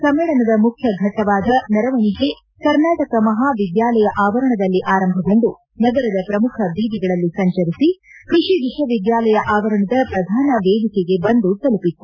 ಸಮ್ಮೇಳನದ ಮುಖ್ಯ ಫಟ್ವವಾದ ಮೆರವಣಿಗೆ ಕರ್ನಾಟಕ ಮಹಾವಿದ್ಯಾಲಯ ಆವರಣದಲ್ಲಿ ಆರಂಭಗೊಂಡು ನಗರದ ಪ್ರಮುಖ ಬೀದಿಗಳಲ್ಲಿ ಸಂಚರಿಸಿ ಕೃಷಿ ವಿಶ್ವವಿದ್ಯಾಲಯ ಆವರಣದ ಪ್ರಧಾನ ವೇದಿಕೆಗೆ ಬಂದು ತಲುಪಿತ್ತು